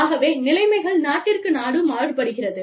ஆகவே நிலைமைகள் நாட்டிற்கு நாடு மாறுபடுகிறது